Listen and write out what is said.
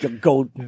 Go